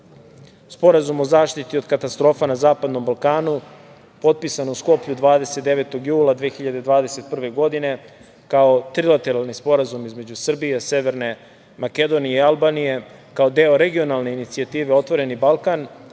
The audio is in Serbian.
Sporazum o zaštiti od katastrofa na zapadnom Balkanu, potpisan u Skoplju 29. jula 2021. godine kao trilateralni sporazum između Srbije, Severne Makedonije i Albanije, kao deo regionalne inicijative „Otvoreni Balkan“,